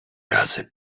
razy